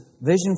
Vision